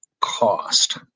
cost